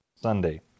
Sunday